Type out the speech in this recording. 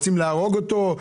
רוצים להרוג אותו?